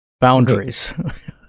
boundaries